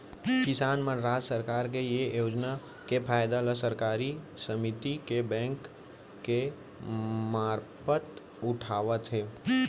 किसान मन राज सरकार के ये योजना के फायदा ल सहकारी समिति बेंक के मारफत उठावत हें